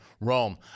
Rome